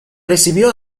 recibió